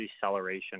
deceleration